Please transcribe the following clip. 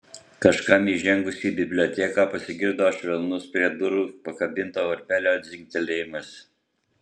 kažkam įžengus į biblioteką pasigirdo švelnus prie durų pakabinto varpelio dzingtelėjimas